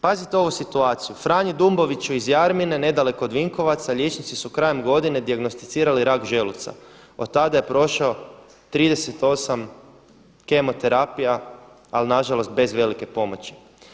Pazite ovu situaciju Franji Dumboviću iz Jarmine nedaleko od Vinkovaca liječnici su krajem godine dijagnosticirali rak želuca, od tada je prošao 38 kemoterapija, ali nažalost bez velike pomoći.